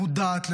מודעת לזה,